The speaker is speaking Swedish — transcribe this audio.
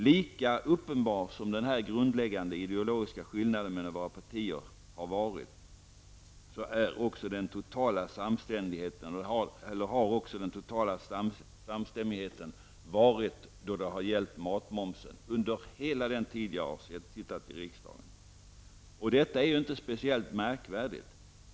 Lika uppenbar som den här grundläggande ideologiska skillnaden mellan våra partier har varit har också under hela den tid som jag har suttit i riksdagen den totala samstämmigheten varit då det gällt matmomsen. Detta är ju inte speciellt märkvärdigt.